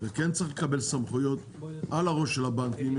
וכן צריך לקבל סמכויות על הראש של הבנקים.